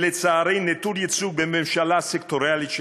שלצערי נטול ייצוג בממשלה סקטוריאלית שכזאת.